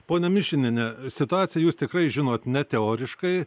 ponia mišiniene situaciją jūs tikrai žinot ne teoriškai